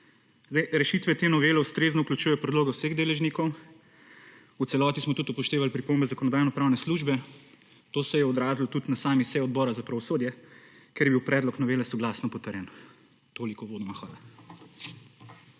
Rešitve te novele ustrezno vključujejo predloge vseh deležnikov. V celoti smo tudi upoštevali pripombe Zakonodajno-pravne službe, kar se je odrazilo tudi na sami seji Odbora za pravosodje, kjer je bil predlog novele soglasno potrjen. Toliko uvodoma. Hvala.